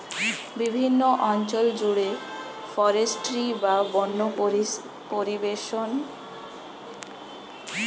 বিভিন্ন অঞ্চল জুড়ে ফরেস্ট্রি বা বন্য পরিবেশ রক্ষার জন্য বন সংরক্ষণ করা হয়